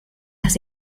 las